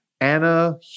Anna